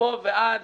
מפה ועד